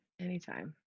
anytime